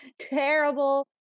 terrible